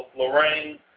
Lorraine